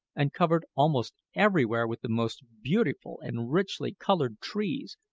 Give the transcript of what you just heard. and covered almost everywhere with the most beautiful and richly coloured trees,